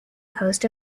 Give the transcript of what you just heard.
coast